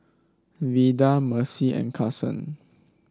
Vida Mercy and Carson